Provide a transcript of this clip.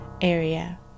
Area